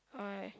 alright